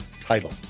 title